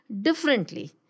differently